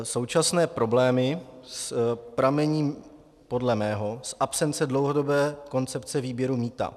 Současné problémy pramení podle mého z absence dlouhodobé koncepce výběru mýta.